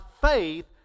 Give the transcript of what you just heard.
faith